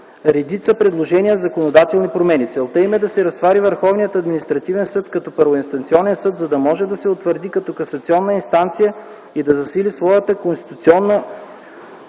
редица предложения за законодателни промени. Целта им е да се разтовари Върховният административен съд като първоинстанционен съд, за да може да се утвърди като касационна инстанция и да засили своята конституционно